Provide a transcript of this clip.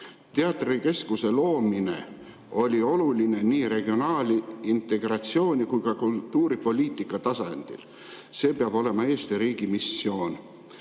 Teatrikeskuse loomine on oluline nii regionaalse integratsiooni kui ka kultuuripoliitika tasandil. Eesti riigi missioon